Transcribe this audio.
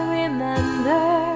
remember